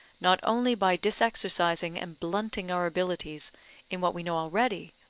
not only by disexercising and blunting our abilities in what we know already,